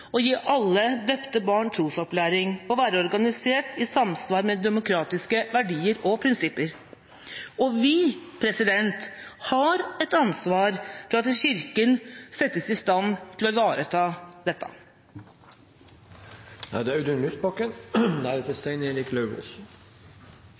gi alle døpte barn trosopplæring og være organisert i samsvar med demokratiske verdier og prinsipper. Og vi har et ansvar for at Kirken settes i stand til å ivareta dette.